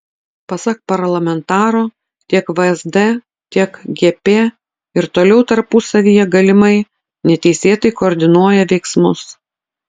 pasak parlamentaro tiek vsd tiek gp ir toliau tarpusavyje galimai neteisėtai koordinuoja veiksmus